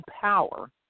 power